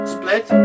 split